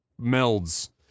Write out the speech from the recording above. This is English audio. melds